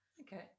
Okay